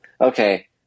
Okay